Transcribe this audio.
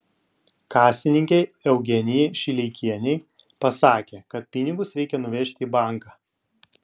kasininkei eugenijai šileikienei pasakė kad pinigus reikia nuvežti į banką